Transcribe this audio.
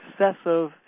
excessive